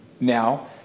Now